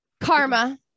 Karma